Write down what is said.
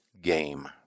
game